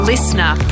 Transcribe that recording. Listener